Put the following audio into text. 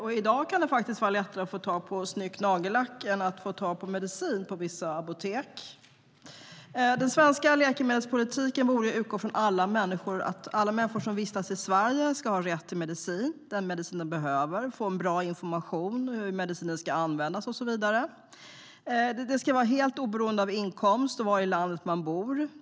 I dag kan det faktiskt vara lättare att få tag i snyggt nagellack än medicin på vissa apotek. Den svenska läkemedelspolitiken borde utgå från att alla människor som vistas i Sverige ska ha rätt till den medicin de behöver, bra information om hur medicinen ska användas och så vidare. Det ska vara helt oberoende av inkomst och var i landet man bor.